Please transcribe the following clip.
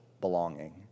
belonging